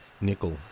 nickel